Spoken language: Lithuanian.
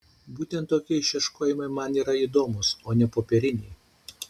būtent tokie ieškojimai man yra įdomūs o ne popieriniai